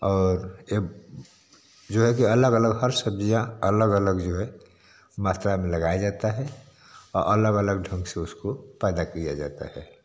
और ए जो है कि अलग अलग हर सब्ज़ियाँ अलग अलग जो है मात्रा में लगाया जाता है और अलग अलग ढंग से उसको पैदा किया जाता है